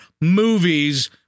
movies